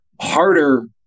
harder